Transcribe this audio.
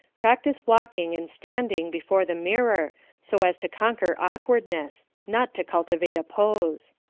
practise walking and standing before the mirror so as to conquer awkwardness not to cultivate a pose.